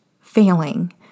failing